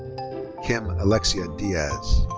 kim alexia diaz.